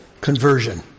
conversion